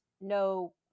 no